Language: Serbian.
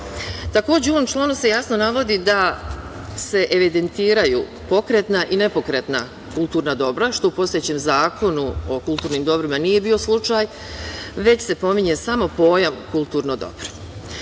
godina. Takođe, u ovom članu se jasno navodi da se evidentiraju pokretna i nepokretna kulturna dobra, što u postojećem Zakonu o kulturnim dobrima nije bio slučaj, već se pominje samo pojam kulturno